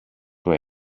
του